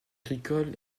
agricoles